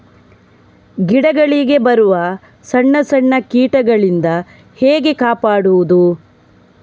ಗಿಡಗಳಿಗೆ ಬರುವ ಸಣ್ಣ ಸಣ್ಣ ಕೀಟಗಳಿಂದ ಹೇಗೆ ಕಾಪಾಡುವುದು?